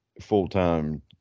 full-time